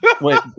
Wait